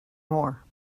more